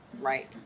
Right